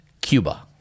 Cuba